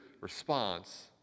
response